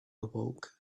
awoke